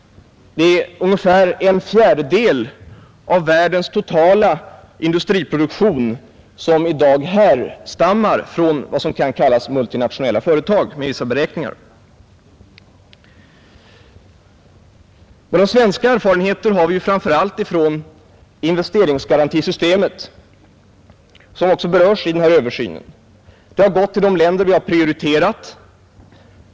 Ungefär en fjärdedel av världens totala industriproduktion härstammar i dag enligt vissa beräkningar från vad som kan kallas multinationella företag. Svenska erfarenheter har vi framför allt från investeringsgarantisystemet, som också berörs i denna översyn. Investeringsgarantierna har gått till de länder vi har prioriterat.